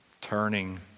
Turning